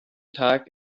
tag